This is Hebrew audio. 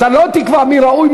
אתה לא תקבע מי ראוי,